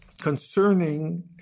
Concerning